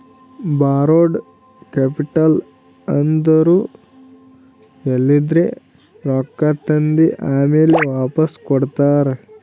ಬಾರೋಡ್ capital ಅಂದುರ್ ಎಲಿಂದ್ರೆ ರೊಕ್ಕಾ ತಂದಿ ಆಮ್ಯಾಲ್ ವಾಪಾಸ್ ಕೊಡ್ತಾರ